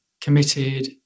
committed